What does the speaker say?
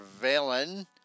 villain